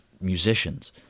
musicians